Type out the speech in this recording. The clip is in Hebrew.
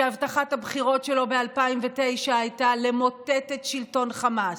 הבטחת הבחירות שלו ב-2009 הייתה למוטט את שלטון חמאס,